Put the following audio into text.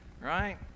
Right